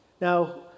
Now